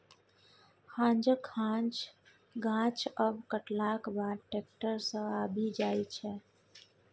हांजक हांज गाछ आब कटलाक बाद टैक्टर सँ आबि जाइ छै